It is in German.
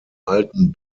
alten